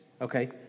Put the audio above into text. okay